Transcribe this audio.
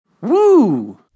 Woo